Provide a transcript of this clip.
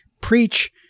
preach